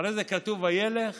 אחרי זה כתוב: "וילך